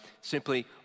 Simply